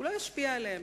הוא לא ישפיע עליהם,